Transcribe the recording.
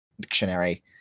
dictionary